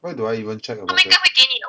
where do I even check about it